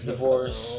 Divorce